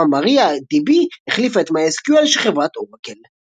MariaDB החליפה את MySQL של חברת אורקל.